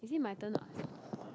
actually my turn what